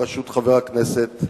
בראשות חבר הכנסת חסון.